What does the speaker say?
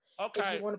Okay